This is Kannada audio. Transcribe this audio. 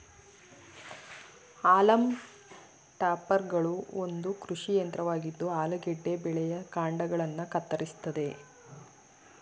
ಹಾಲಮ್ ಟಾಪರ್ಗಳು ಒಂದು ಕೃಷಿ ಯಂತ್ರವಾಗಿದ್ದು ಆಲೂಗೆಡ್ಡೆ ಬೆಳೆಯ ಕಾಂಡಗಳನ್ನ ಕತ್ತರಿಸ್ತದೆ